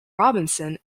robinson